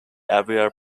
area